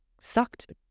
sucked